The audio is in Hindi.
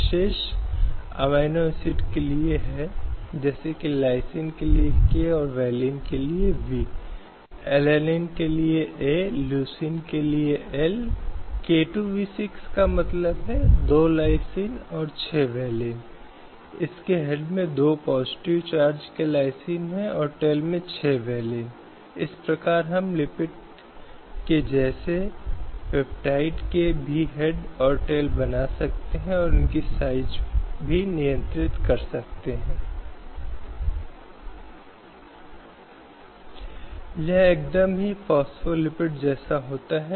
इसका अर्थ है कि बराबरी के बीच कानून समान होना चाहिए और समान रूप से प्रशासित होना चाहिए और जैसे समान व्यवहार किया जाना चाहिए इसलिए यदि हम लोगों के दो समूहों की बात कर रहे हैं और वे समान स्तर पर हैं तो कानून उनके लिए समान रूप से लागू होना चाहिए लेकिन यदि वे असमान हैं तो यह समानता की अवधारणा पर जोर नहीं दिया जा सकता क्योंकि वे मूल रूप से ऐसी स्थिति में खड़े होते हैं जहां दो समूह एक दूसरे के बराबर नहीं होते हैं